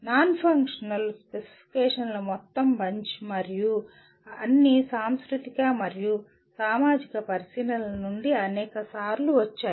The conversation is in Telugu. నాన్ ఫంక్షనల్ స్పెసిఫికేషన్ల మొత్తం బంచ్ మరియు అవి అన్నీ సాంస్కృతిక మరియు సామాజిక పరిశీలనల నుండి అనేక సార్లు వచ్చాయి